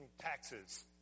taxes